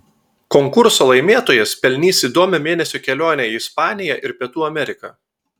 konkurso laimėtojas pelnys įdomią mėnesio kelionę į ispaniją ir pietų ameriką